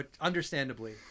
Understandably